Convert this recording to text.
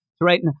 right